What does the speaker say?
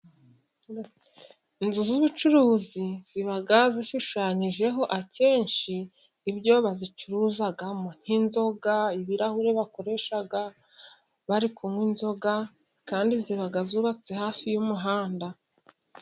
Inzu z'ubucuruzi ziba zishushanyijeho akenshi ibyo bazicuruzagamo: nk'inzoga, ibirahuri bakoreshaga bari kunywa inzoga, kandi ziba zubatse hafi y'umuhanda.